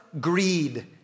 greed